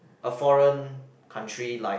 a foreign country like